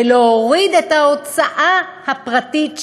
ולהוריד את ההוצאה הפרטית שלנו.